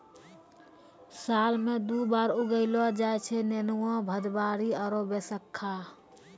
साल मॅ दु बार उगैलो जाय छै नेनुआ, भदबारी आरो बैसक्खा